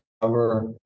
cover